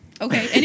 Okay